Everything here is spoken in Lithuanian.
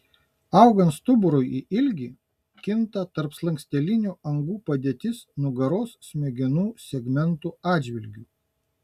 augant stuburui į ilgį kinta tarpslankstelinių angų padėtis nugaros smegenų segmentų atžvilgiu